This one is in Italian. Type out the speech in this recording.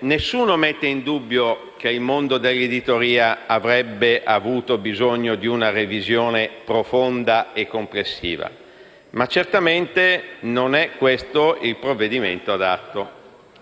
Nessuno mette in dubbio che il mondo dell'editoria avrebbe avuto bisogno di una revisione profonda e complessiva, ma certamente non è questo il provvedimento adatto.